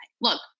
look